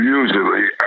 usually